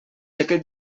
aquest